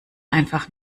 einfach